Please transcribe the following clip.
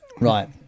Right